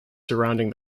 surrounding